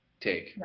take